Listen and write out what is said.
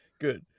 Good